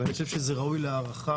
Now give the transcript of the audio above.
ואני חושב שזה ראוי להערכה.